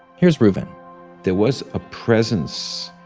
here's rueven there was a presence